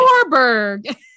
norberg